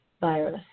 virus